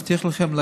אבטיח לכם,